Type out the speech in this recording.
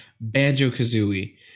Banjo-Kazooie